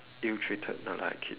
ill treated no lah kid